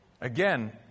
Again